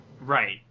Right